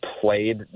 played